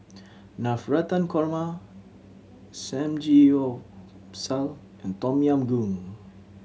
Navratan Korma Samgyeopsal and Tom Yam Goong